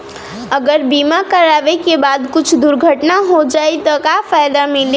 अगर बीमा करावे के बाद कुछ दुर्घटना हो जाई त का फायदा मिली?